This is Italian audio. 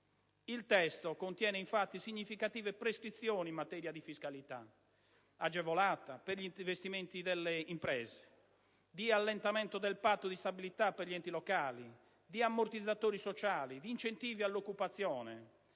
Il testo contiene infatti significative prescrizioni in materia di fiscalità agevolata per gli investimenti delle imprese, di allentamento del Patto di stabilità per gli enti locali, di ammortizzatori sociali e di incentivi all'occupazione.